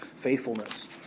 faithfulness